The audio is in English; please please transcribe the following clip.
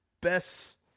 best